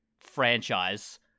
franchise